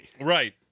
Right